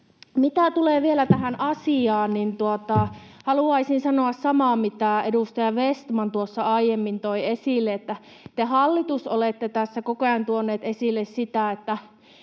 Mitä tulee vielä tähän asiaan, niin haluaisin sanoa samaa, mitä edustaja Vestman tuossa aiemmin toi esille, että te, hallitus, olette tässä koko ajan tuoneet esille sitä,